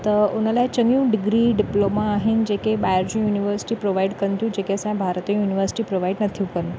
त हुन लाइ चङियूं डिग्री डिप्लोमा आहिनि जेके ॿाहिरि जूं युनिवर्सिटी प्रोवाइड कनि थियूं जेके असां भारत ई युनिवर्सिटियूं प्रोवाइड नथियूं कनि